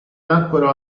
nacquero